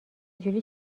جوری